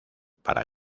para